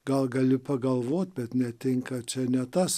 gal gali pagalvot bet netinka čia ne tas